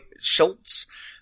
Schultz